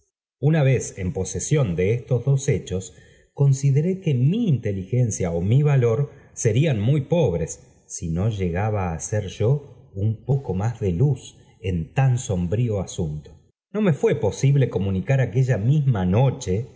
una vez en posesióp de estos dos hechos consideré que mi inteligencia ó mi valor serían muy pobres si no llegaba á hacer yo un poco más de luz en tan sombrío asunto no me fué posible comunicar aquella misma noche